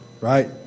right